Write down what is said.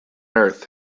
earth